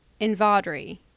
invadri